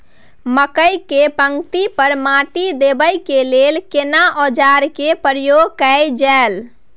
मकई के पाँति पर माटी देबै के लिए केना औजार के प्रयोग कैल जाय?